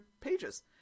pages